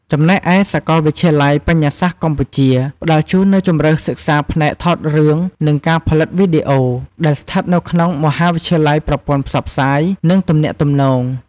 ចំណែកឯ សាកលវិទ្យាល័យបញ្ញាសាស្ត្រកម្ពុជា ផ្តល់ជូននូវជម្រើសសិក្សាផ្នែក "ថតរឿង និងការផលិតវីដេអូ" ដែលស្ថិតនៅក្នុងមហាវិទ្យាល័យប្រព័ន្ធផ្សព្វផ្សាយ និងទំនាក់ទំនង។